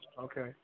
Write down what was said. okay